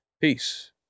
Peace